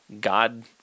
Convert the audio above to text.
God